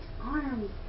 arms